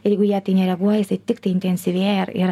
ir jeigu jie tai nereaguoja jisai tiktai intensyvėja ir ir